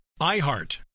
IHEART